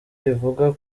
rivuga